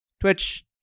Twitch